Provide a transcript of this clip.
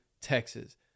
Texas